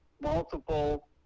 multiple